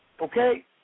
okay